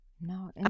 No